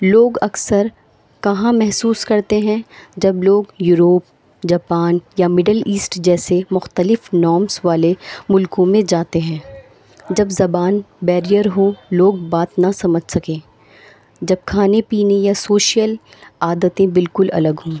لوگ اکثر کہاں محسوس کرتے ہیں جب لوگ یوروپ جاپان یا مڈل ایسٹ جیسے مختلف نورمس والے ملکوں میں جاتے ہیں جب زبان بیریئر ہو لوگ بات نہ سمجھ سکیں جب کھانے پینے یا سوشل عادتیں بالکل الگ ہوں